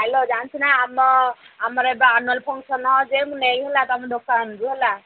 ଆଲୋ ଜାଣିଛୁ ନା ଆମ ଆମର ଏବେ ଆନୁଆଲ୍ ଫଙ୍କସନ୍ ଯେ ମୁଁ ନେଇ ହେଲା ତୁମ ଦୋକାନରୁ ହେଲା